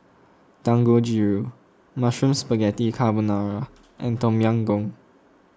Dangojiru Mushroom Spaghetti Carbonara and Tom Yam Goong